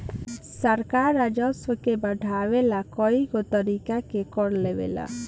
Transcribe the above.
सरकार राजस्व के बढ़ावे ला कएगो तरीका के कर लेवेला